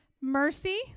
mercy